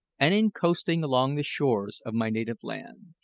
and in coasting along the shores, of my native land.